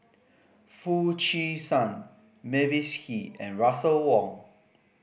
Foo Chee San Mavis Hee and Russel Wong